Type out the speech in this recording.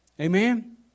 Amen